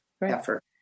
effort